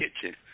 kitchen